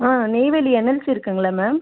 ஆ Neyveli NLC இருக்குங்கள்ல ma'am